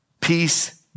peace